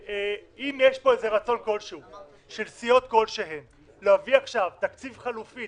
ואם יש פה איזה רצון כלשהו של סיעות כלשהן להביא עכשיו תקציב חלופי,